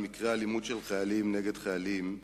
על מקרי אלימות של חיילים נגד חיילים,